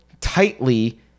tightly